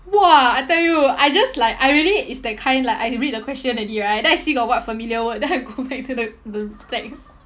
!wah! I tell you I just like I really it's that kind like I read the question already right then I see got what familiar word then I go back to the the text